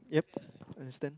yup understand